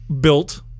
built